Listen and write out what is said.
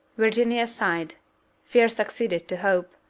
virginia sighed fear succeeded to hope,